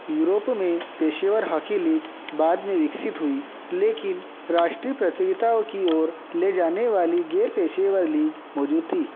Europe में पेशेवर hockey league बाद में विकसित हुई लेकिन राष्ट्रीय प्रतियोगिताओं की ओर ले जाने वाली गैर पेशेवर लीग मौजूद थी